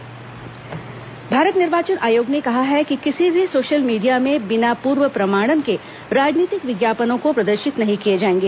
निर्वाचन आयोग राजनीतिक विज्ञापन भारत निर्वाचन आयोग ने कहा है कि किसी भी सोशल मीडिया में बिना पूर्व प्रमाणन के राजनीतिक विज्ञापनों को प्रदर्शित नहीं किया जाएगा